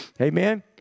amen